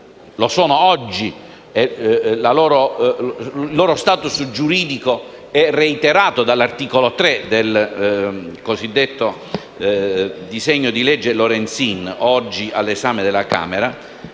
non economici e il loro *status* giuridico è reiterato dall'articolo 3 del cosiddetto disegno di legge Lorenzin, all'esame della Camera